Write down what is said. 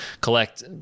collect